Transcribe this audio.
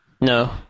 No